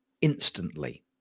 instantly